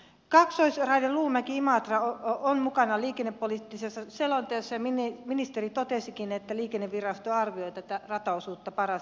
kaksoisraide luumäkiimatra on mukana liikennepoliittisessa selonteossa ja ministeri totesikin että liikennevirasto arvioi tätä rataosuutta parasta aikaa